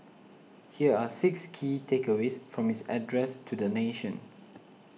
here are six key takeaways from his address to the nation